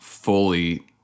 fully